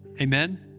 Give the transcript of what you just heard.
Amen